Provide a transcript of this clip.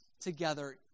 together